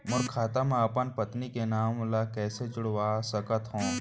मोर खाता म अपन पत्नी के नाम ल कैसे जुड़वा सकत हो?